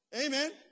Amen